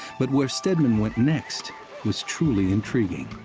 but where stedman went next was truly intriguing,